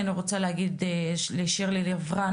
אני רוצה להגיד לשירלי לב-רן,